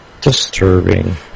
disturbing